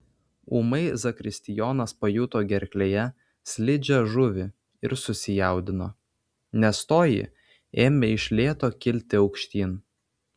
ūmai zakristijonas pajuto gerklėje slidžią žuvį ir susijaudino nes toji ėmė iš lėto kilti aukštyn